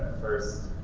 first,